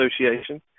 Association